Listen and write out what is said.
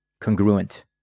congruent